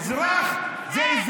אין משא ומתן על אזרחות של מדינת ישראל.